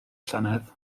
llynedd